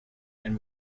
and